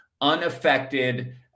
unaffected